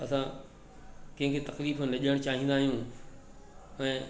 असां कंहिंखे तक़लीफ न ॾियणु चाहींदा आहियूं ऐं